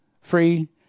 Free